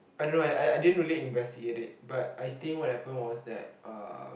I don't know I I didn't really investigate it but I think what happen was that um